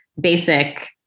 basic